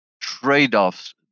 trade-offs